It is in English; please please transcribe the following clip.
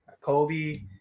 Kobe